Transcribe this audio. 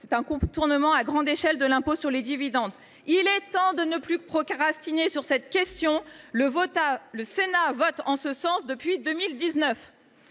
CumCum », contournement à grande échelle de l’impôt sur les dividendes. Il est temps de ne plus procrastiner sur cette question : notre assemblée vote en ce sens depuis 2019